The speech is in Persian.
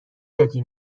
دادی